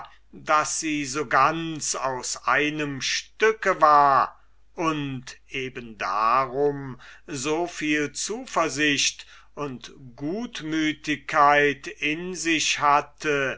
daß sie so ganz aus einem stücke war und eben darum so viele zuversicht und gutmütigkeit in sich hatte